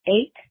eight